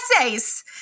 essays